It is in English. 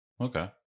Okay